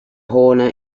horner